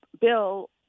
bill